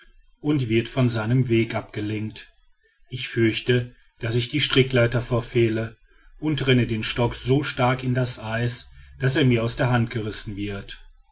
und wird von seinem weg abgelenkt ich fürchte daß ich die strickleiter verfehle und renne den stock so stark in das eis daß er mir aus der hand gerissen wird